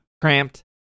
cramped